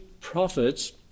prophets